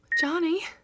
Johnny